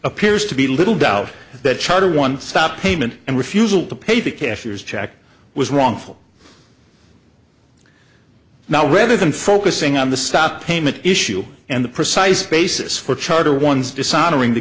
appears to be little doubt that charter one stop payment and refusal to pay the cashier's check was wrongful now rather than focusing on the stop payment issue and the precise basis for charter one's dishonoring the